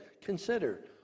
consider